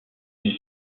une